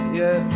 yeah.